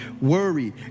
worry